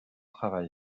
travail